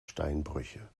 steinbrüche